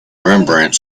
rembrandt